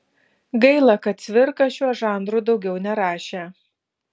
gaila kad cvirka šiuo žanru daugiau nerašė